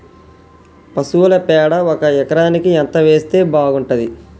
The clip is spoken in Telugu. పశువుల పేడ ఒక ఎకరానికి ఎంత వేస్తే బాగుంటది?